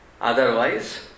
Otherwise